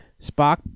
Spock